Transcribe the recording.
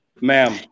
Ma'am